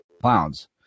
clowns